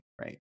right